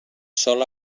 sol